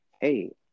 hey